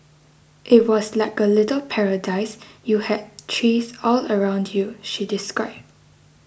it was like a little paradise you had trees all around you she described